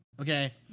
okay